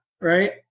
Right